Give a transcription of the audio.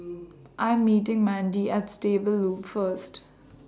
I'm meeting Mandie At Stable Loop First